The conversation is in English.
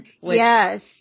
Yes